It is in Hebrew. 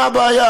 מה הבעיה?